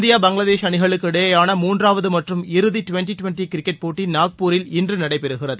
India Bangladesh அணிகளுக்கு இடையேயான மூன்றாவது மற்றும் இறுதி ட்வெண்ட்டி ட்வெண்ட்டி கிரிக்கெட் போட்டி நாக்பூரில் இன்று நடைபெறுகிறது